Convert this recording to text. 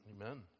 Amen